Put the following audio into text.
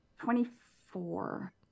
Twenty-four